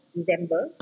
December